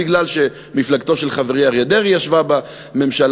משום שמפלגתו של חברי אריה דרעי ישבה בממשלה.